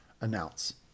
announce